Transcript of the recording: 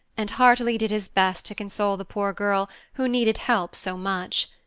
and heartily did his best to console the poor girl who needed help so much.